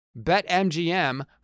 BetMGM